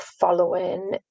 following